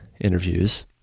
interviews